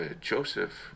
Joseph